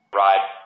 ride